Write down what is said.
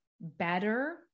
better